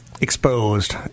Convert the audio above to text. exposed